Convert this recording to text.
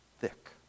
thick